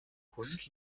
хүсэл